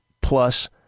plus